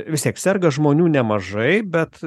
vis tiek serga žmonių nemažai bet